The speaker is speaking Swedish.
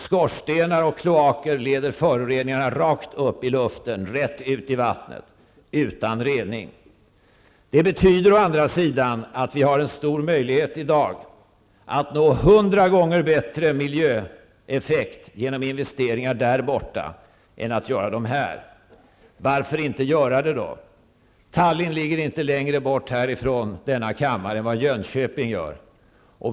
Skorstenar och kloaker leder föroreningarna rakt upp i luften och rätt ut i vattnet utan rening. Det betyder å andra sidan att vi har en stor möjlighet i dag att nå hundra gånger bättre miljöeffekt genom investeringar där borta än genom att göra dem här. Varför inte göra det då? Tallinn ligger inte längre bort från denna kammare än vad Jönköping gör.